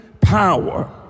power